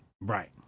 Right